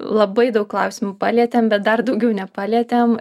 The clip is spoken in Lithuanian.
labai daug klausimų palietėm bet dar daugiau nepalietėm